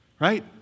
Right